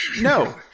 No